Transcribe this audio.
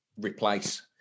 replace